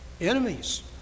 Enemies